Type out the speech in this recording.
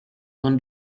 con